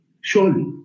surely